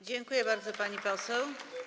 Dziękuję bardzo, pani poseł.